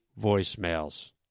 voicemails